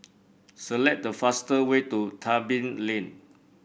select the fast way to Tebing Lane